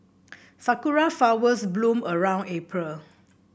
sakura flowers bloom around April